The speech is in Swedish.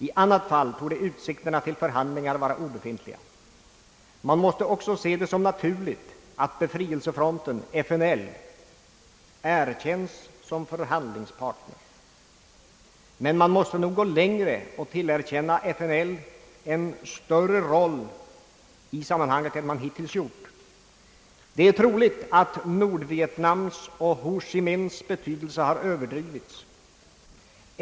I annat fall torde utsikterna till förhandlingar vara obefintliga. Man måste också se det som naturligt att befrielsefronten, FNL, erkänns som förhandlingspartner. Men man måste nog gå längre och tillerkänna FNL en större roll i sammanhanget än man hittills gjort. Det är troligt att Nordvietnams och Ho Chi Minhs betydelse har överdrivits.